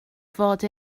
fod